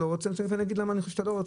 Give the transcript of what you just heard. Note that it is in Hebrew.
עכשיו אגיד למה אני חושב שאתה לא רוצה.